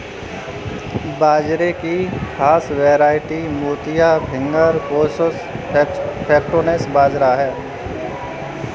बाजरे की सबसे खास प्रजातियाँ मोती, फिंगर, प्रोसो और फोक्सटेल बाजरा है